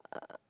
uh